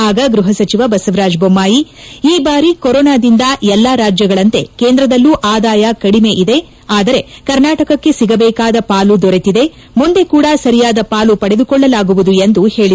ಆಗ ಗೃಹ ಸಚಿವ ಬಸವರಾಜ ಬೊಮ್ಲಾಯಿ ಈ ಬಾರಿ ಕೊರೊನಾದಿಂದ ಎಲ್ಲಾ ರಾಜ್ಯಗಳಂತೆ ಕೇಂದ್ರದಲ್ಲೂ ಆದಾಯ ಕಡಿಮೆ ಇದೆ ಆದರೆ ಕರ್ನಾಟಕಕ್ಕೆ ಸಿಗಬೇಕಾದ ಪಾಲು ದೊರೆತಿದೆ ಮುಂದೆ ಕೂಡ ಸರಿಯಾದ ಪಾಲು ಪಡೆದುಕೊಳ್ಳಲಾಗುವುದು ಎಂದು ಹೇಳಿದರು